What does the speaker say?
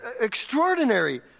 extraordinary